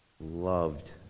loved